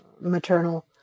maternal